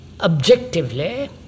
objectively